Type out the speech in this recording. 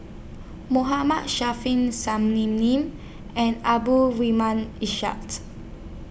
Mohammad and Ishak